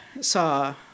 saw